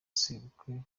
sebukwe